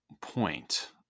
point